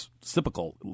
typical